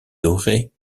dorée